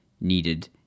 needed